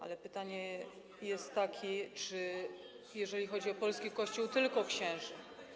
Ale pytanie jest takie, czy jeżeli chodzi o polski Kościół, dotyczy tylko księży.